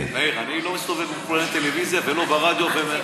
אני לא מסתובב מול הטלוויזיה ולא ברדיו.